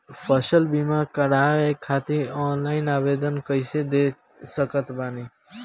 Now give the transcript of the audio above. फसल बीमा करवाए खातिर ऑनलाइन आवेदन कइसे दे सकत बानी?